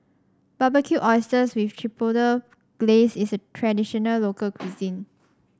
Barbecued Oysters with Chipotle Glaze is a traditional local cuisine